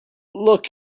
look